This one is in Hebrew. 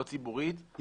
לא ציבורית,